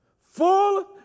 Full